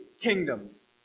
kingdoms